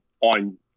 on